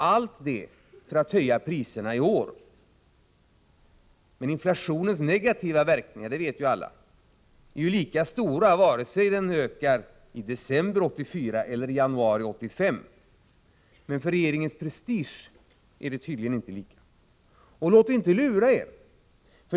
Allt detta gör man för att höja priserna i år. Men inflationens negativa verkningar är, som alla vet, lika stora vare sig ökningen kommer i december 1984 eller i januari 1985. Men det anses de tydligen inte vara när det gäller regeringens prestige. Men låt inte lura er!